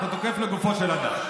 אז אתה תוקף לגופו של אדם.